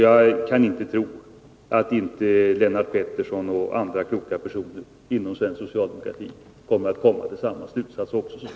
Jag kan inte tro att inte Lennart Pettersson och andra kloka personer inom svensk socialdemokrati kommer till samma slutsats så småningom.